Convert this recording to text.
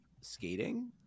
skating